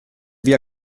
wir